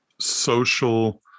social